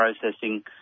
processing